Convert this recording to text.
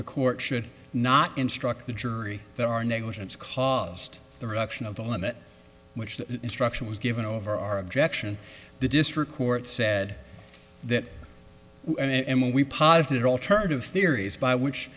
the court should not instruct the jury that our negligence caused the reduction of the limit which the instruction was given over our objection the district court said that and we posit alternative theories by which